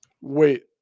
Wait